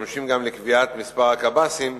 משמשים גם לקביעת מספר הקב"סים,